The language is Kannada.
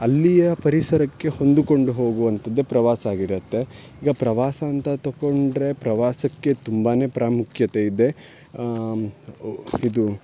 ಅಲ್ಲಿಯ ಪರಿಸರಕ್ಕೆ ಹೊಂದಿಕೊಂಡು ಹೋಗುವಂಥದ್ದೇ ಪ್ರವಾಸ ಆಗಿರುತ್ತೆ ಈಗ ಪ್ರವಾಸ ಅಂತ ತಕೊಂಡರೆ ಪ್ರವಾಸಕ್ಕೆ ತುಂಬಾ ಪ್ರಾಮುಖ್ಯತೆ ಇದೆ ಉ ಇದು